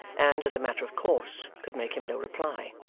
and, as a matter of course, could make him no reply.